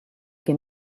que